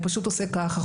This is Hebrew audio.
הוא פשוט עושה ככה,